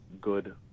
good